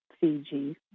Fiji